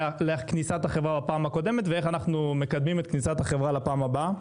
לכניסת החברה בפעם הקודמת ואיך אנחנו מקדמים את כניסת החברה לפעם הבאה.